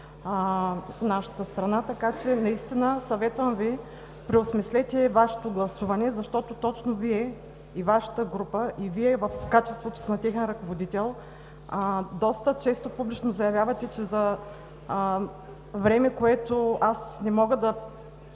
в нашата страна, така че наистина съветвам Ви – преосмислете Вашето гласуване, защото точно Вие, Вашата група и Вие в качеството си на техен ръководител доста често публично заявявате, че за време, които аз не мога да